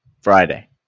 Friday